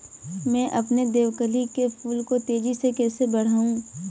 मैं अपने देवकली के फूल को तेजी से कैसे बढाऊं?